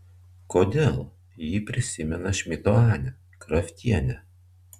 kodėl ji prisimena šmito anę kraftienę